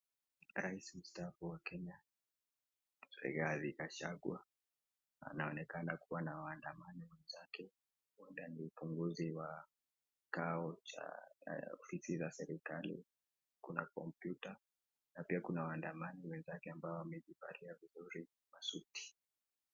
Rais msataafu wa kenya rigathi gachagua anaonekana kuwa na waandamani wenzake huenda ni uchunguzi wa kikao cha ofisi za serikali, kuna kompyuta na pia kuna waandamani wenzake ambao wamejivalia vizuri kwa suti.